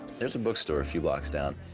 there's a bookstore a few blocks down.